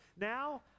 Now